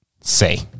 Say